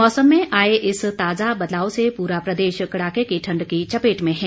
मौसम में आये इस ताजा बदलाव से पूरा प्रदेश कड़ाके की ठंड की चपेट मे है